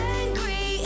angry